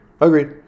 agreed